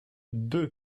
deux